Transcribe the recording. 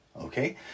Okay